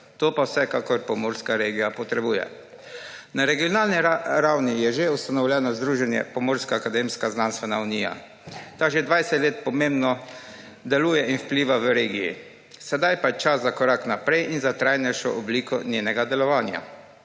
To pa vsekakor pomurska regija potrebuje. Na regionalni ravni je že ustanovljeno Združenje pomurska akademsko znanstvena unija. Ta že 20 let pomembno deluje in vpliva v regiji. Sedaj pa je čas za korak naprej in za trajnejšo obliko njenega delovanja.